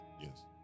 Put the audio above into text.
yes